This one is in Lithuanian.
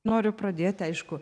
noriu pradėti aišku